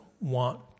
want